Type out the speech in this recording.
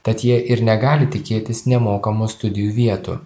tad jie ir negali tikėtis nemokamų studijų vietų